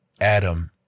Adam